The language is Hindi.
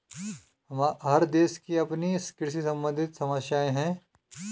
हर देश की अपनी कृषि सम्बंधित समस्याएं हैं